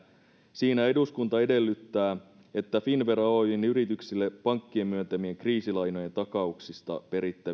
siinä eduskunta edellyttää että finnvera oyjn yrityksille pankkien myöntämien kriisilainojen takauksista perittäviä takaus